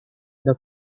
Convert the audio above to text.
the